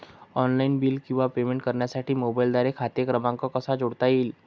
Online bill किंवा payment करण्यासाठी मोबाईलद्वारे खाते क्रमांक कसा जोडता येईल?